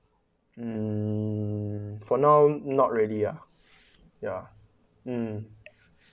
um for now not really uh ya um